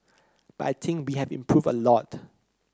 but I think we have improved a lot